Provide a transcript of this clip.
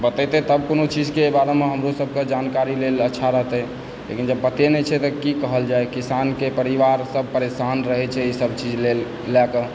बतेतय तब कोनो चीजकेँ बारेमे हमरो सभके जानकारी लेल अच्छा रहतय लेकिन जब पते नहि छै तब की कहल जाय किसानके परिवारसभ परेशान रहै छै ईसभ चीज लए कऽ